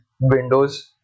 windows